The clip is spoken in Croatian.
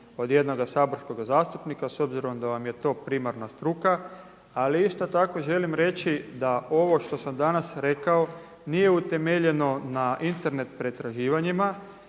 od jednoga saborskog zastupnika s obzirom da vam je to primarna struka. Ali isto tako želim reći da ovo što sam danas rekao nije utemeljeno na Internet pretraživanjima